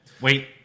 Wait